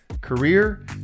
career